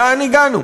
לאן הגענו?